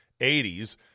80s